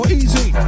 easy